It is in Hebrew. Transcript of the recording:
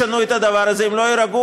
עד שהם לא ישנו את הדבר הזה הם לא יירגעו,